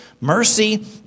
mercy